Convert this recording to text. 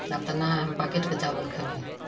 आब तऽ नहि हम पैकेटके चावल खयबै